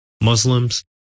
Muslims